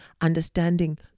understanding